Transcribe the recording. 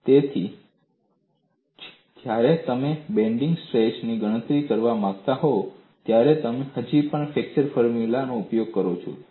તેથી તેથી જ જ્યારે તમે બેન્ડિંગ સ્ટ્રેસ ની ગણતરી કરવા માંગતા હો ત્યારે તમે હજી પણ ફ્લેક્ચર ફોર્મ્યુલા નો ઉપયોગ કરો છો